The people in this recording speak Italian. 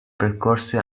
percorse